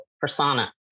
persona